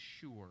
sure